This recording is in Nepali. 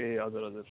ए हजुर हजुर